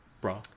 Bro